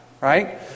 right